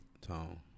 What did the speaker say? Tom